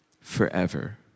forever